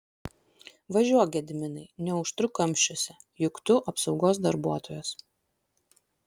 važiuok gediminai neužtruk kamščiuose juk tu apsaugos darbuotojas